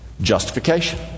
Justification